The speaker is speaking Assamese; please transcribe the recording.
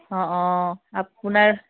অঁ অঁ আপোনাৰ